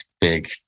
big